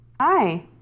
Hi